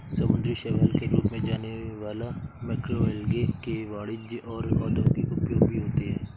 समुद्री शैवाल के रूप में जाने वाला मैक्रोएल्गे के वाणिज्यिक और औद्योगिक उपयोग भी होते हैं